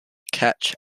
catch